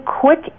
quick